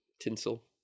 tinsel